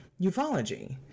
ufology